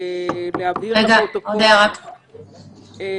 להבהיר לפרוטוקול --- רגע,